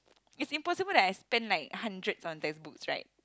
it's impossible that I spent like hundreds on textbooks right